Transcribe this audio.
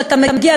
כשאתה מגיע,